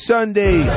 Sunday